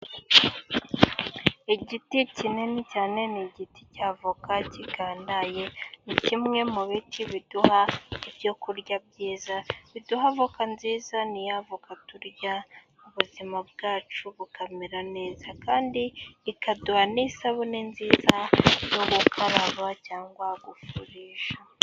Igiti kinini cyane, ni igiti cya avoka kigandaye. Ni kimwe mu biti biduha ibyo kurya byiza. Biduha avoka nziza ni ya avoka turya ubuzima bwacu bukamera neza, kandi ikaduha n'isabune nziza yo gukarabya, cyangwa gufurisha.